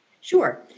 Sure